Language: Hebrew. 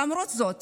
למרות זאת